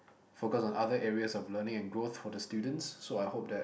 focus on other areas of learning and growth for the students so I hope that